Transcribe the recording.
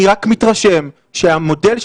אני רק מתרשם שהמודל,